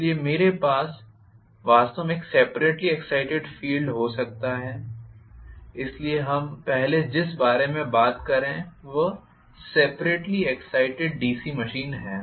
इसलिए मेरे पास वास्तव में एक सेपरेट्ली एग्ज़ाइटेड फील्ड हो सकता है इसलिए हम पहले जिसके बारे में बात कर रहे हैं वह सेपरेट्ली एग्ज़ाइटेड डीसी मशीन है